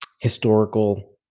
historical